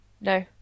no